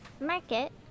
Market